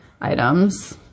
items